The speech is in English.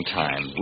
time